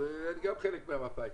הם גם חלק ממפא"י.